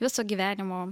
viso gyvenimo